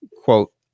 quote